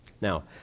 now